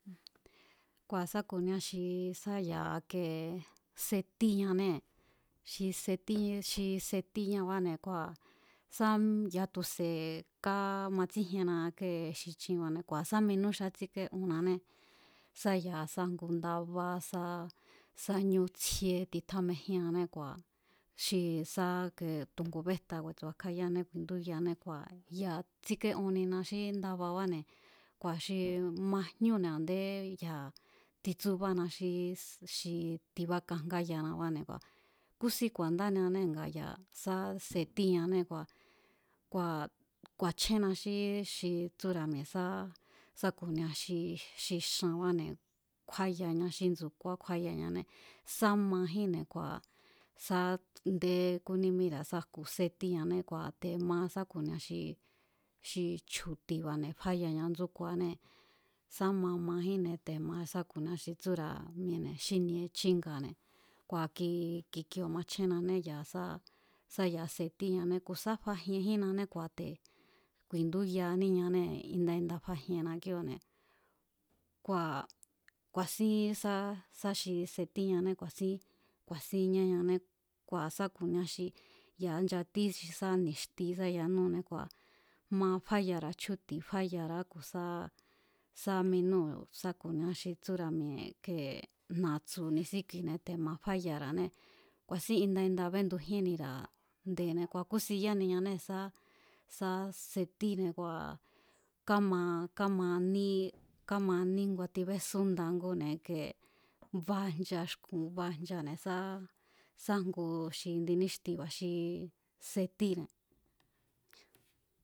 Kua̱ sá ku̱nia xi sá ya̱ ike setíñanée̱. Xi setí, xi setíñabáne̱ kua̱ sá ya̱a tu̱se̱ kámatsíjienna kée xí chinba̱ne̱ kua̱ sa minú xi kátsíke'onnanée̱ sa ya̱a sá ngu ndabá sá sá ñú tsjíé titjámejíanné kua̱ xi sa ke tu̱ ngubéjta ku̱e̱tsu̱ba̱ kjayáane ku̱i̱ndúyaané kua̱ ya̱ tsike'onnina xí ndababáne̱ kua̱ xi majñúne̱ a̱ndé ya̱ titsúbána xí xi tibakajngayanabane̱ ku̱a̱, kúsín ku̱a̱ndániñanée̱ nga ya̱ sá setíñanée̱ kua̱, kua̱ ku̱a̱chjénna xí xi tsúra̱ mi̱e̱ sá sa ku̱nia xi xanbáne̱ kjúáxaña xí ndsu̱kuaá kjúayañané sá majínne̱ kua̱ ndé kúnímíra̱ sá jku sétíñané kua̱ te̱ ma sá ku̱nia xi chju̱ti̱ba̱ne̱ fáyaña ndsúkuanee̱ sá ma majínne̱ te̱ ma sá ku̱nia xi tsúra̱ mi̱e̱ne̱ xínie chínga̱ne̱ kua̱ ki kikioo̱ machjennané ya̱a sa sá ya̱a setíñané ku̱ sá fajienjínnané kua̱ te̱ ku̱i̱ndúyaaníñanée̱ inda inda fajienna kíóo̱ne̱, kua̱ ku̱a̱sín sá sá xi setíñané ku̱a̱sín, ku̱a̱sín ñáñane kua̱ sá ku̱nia xi ya̱a nchatí sá ni̱xti sa yanúne̱ kua̱ ma fáyara̱a chjúti̱ fayara̱a ku̱sá sá minúu̱ sá ku̱nia xi tsúra̱ mi̱e̱ kee na̱tsu̱ ni̱sikuine̱ te̱ ma fáyara̱anee̱ ku̱a̱sín inda inda béndujíénnira̱ nde̱ne̱, kua̱ kúsin yaniñané sá sá setí kua̱ káma, kama aní kua̱ tibesúnda ngúne̱ ike ba ncha xku̱n ba nchane̱ sá sá ngu xi ndi níxtiba̱ xi setíne̱.